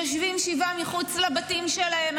יושבים שבעה מחוץ לבתים שלהם.